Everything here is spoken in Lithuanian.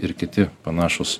ir kiti panašūs